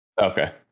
Okay